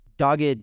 dogged